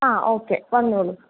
ആ ഓക്കെ വന്നോളൂ